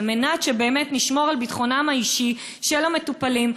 כדי שנשמור על ביטחונם האישי של המטופלים?